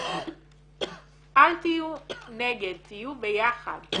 אל תהיו נגד, תהיו ביחד.